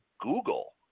Google